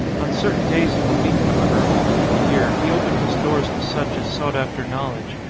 on certain days in the week, however, all through the year he opened his doors to such as sought after knowledge,